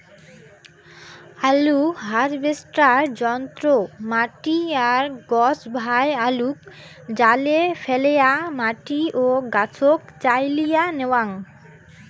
আলু হারভেস্টার যন্ত্র মাটি আর গছভায় আলুক জালে ফ্যালেয়া মাটি ও গছক চাইলিয়া ন্যাওয়াং